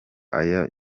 ajyanywe